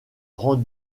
grand